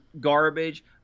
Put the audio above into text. garbage